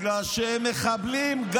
בגלל שגם הם מחבלים,